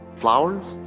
flowers?